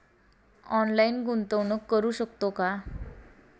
Online गुंतवणूक करू शकतो का?